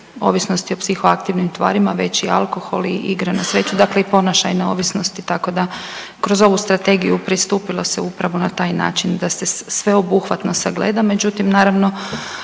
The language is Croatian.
ovisnosti o psihoaktivnim tvarima već i alkohol i igre na sreću, dakle i ponašajne ovisnosti tako da kroz ovu strategiju pristupilo se upravo na taj način da se sveobuhvatno sagleda. Međutim, naravno